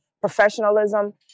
professionalism